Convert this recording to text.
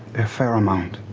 a fair amount.